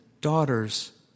daughters